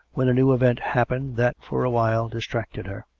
when a new event happened that for a while distracted her.